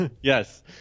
Yes